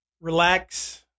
relax